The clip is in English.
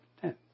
Ten